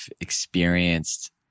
experienced